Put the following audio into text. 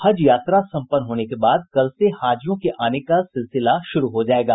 हज़ यात्रा सम्पन्न होने के बाद कल से हाजियों के आने का सिलसिला शुरू हो जायेगा